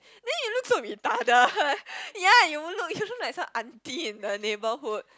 then you look so retarded ya and you'll look you look like some auntie in the neighborhood